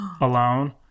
alone